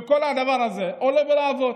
וכל הדבר הזה עולה בלהבות.